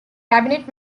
cabinet